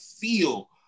feel